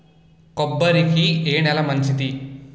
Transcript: కొబ్బరి కి ఏ నేల మంచిది?